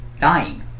dying